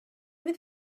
fydd